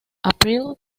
april